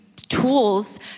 tools